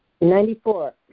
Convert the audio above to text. Ninety-four